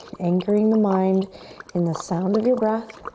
anchoring the mind in the sound of your breath.